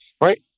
Right